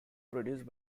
produced